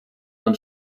man